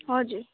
हजुर